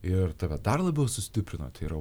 ir tave dar labiau sustiprino tai yra